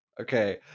Okay